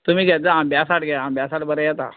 तुमी घेता आब्यां साट घे आंब्या साट बरें येता